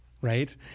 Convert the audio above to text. right